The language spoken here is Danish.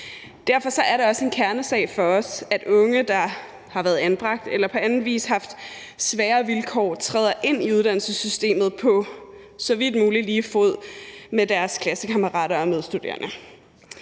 Derfor er det også en kernesag for os, at unge, der har været anbragt eller på anden vis haft svære vilkår, træder ind i uddannelsessystemet på så vidt muligt lige fod med deres klassekammerater og medstuderende.